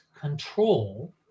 control